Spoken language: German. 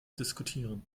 diskutieren